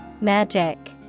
Magic